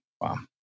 Wow